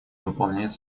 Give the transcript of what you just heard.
выполняет